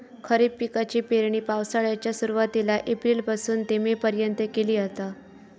खरीप पिकाची पेरणी पावसाळ्याच्या सुरुवातीला एप्रिल पासून ते मे पर्यंत केली जाता